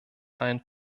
einen